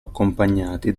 accompagnati